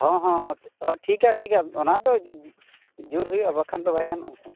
ᱦᱮᱸ ᱦᱮᱸ ᱦᱮᱸ ᱴᱷᱤᱠᱼᱟ ᱴᱷᱤᱠᱼᱟ ᱚᱱᱟᱫᱚ ᱡᱳᱨ ᱦᱩᱭᱩᱜᱼᱟ ᱵᱟᱠᱷᱟᱱ ᱫᱚ ᱵᱟᱭ ᱜᱟᱱᱚᱜᱼᱟ ᱵᱟᱠᱷᱟᱱ